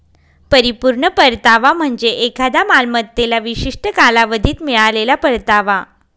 परिपूर्ण परतावा म्हणजे एखाद्या मालमत्तेला विशिष्ट कालावधीत मिळालेला परतावा